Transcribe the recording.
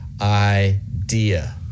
idea